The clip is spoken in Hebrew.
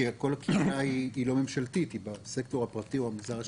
כי כל ה --- היא בסקטור הפרטי או המגזר השלישי.